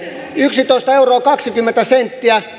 yksitoista euroa kaksikymmentä senttiä